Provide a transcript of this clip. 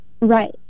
Right